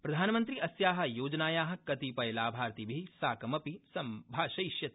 प्रधानमन्त्री अस्या योजनाया कतिपय लाभार्थिभि साकमपि सम्भाषयिष्यति